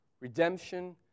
Redemption